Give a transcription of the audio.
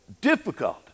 difficult